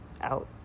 out